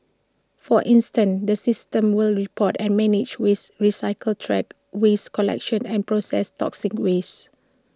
for instance the system will report and manage waste recycling track waste collection and processed toxic waste